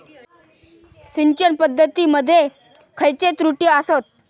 सिंचन पद्धती मध्ये खयचे त्रुटी आसत?